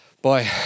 Boy